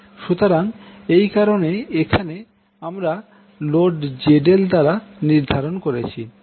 সুতরাং এই কারনে এখানে আমরা লোড ZL দ্বারা নির্ধারণ করেছি